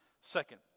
Second